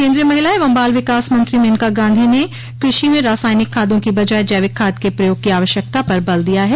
केन्द्रीय महिला एवं बाल विकास मंत्री मेनका गांधी ने कृषि में रासायनिक खादों की बजाय जैविक खाद के प्रयोग की आवश्यकता पर बल दिया है